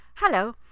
Hello